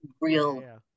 real